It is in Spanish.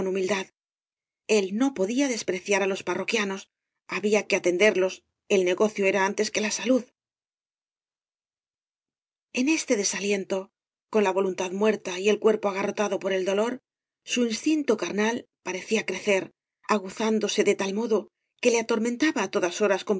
humildad el no podía despreciar á los parroquianos había que atenderlos el negocio era antes que la salud en este desaliento con la voluntad muerta y el cuerpo agarrotado por el dolor su instinto carnal parecía crecer aguzándose de tal modo que le atormentaba á todas horas